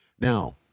Now